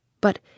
But